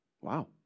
Wow